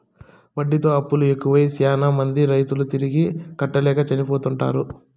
వడ్డీతో అప్పులు ఎక్కువై శ్యానా మంది రైతులు తిరిగి కట్టలేక చనిపోతుంటారు